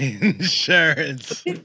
insurance